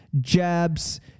jabs